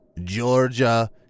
Georgia